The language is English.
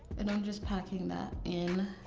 and i'm just packing that in.